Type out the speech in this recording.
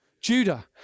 Judah